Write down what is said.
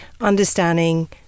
understanding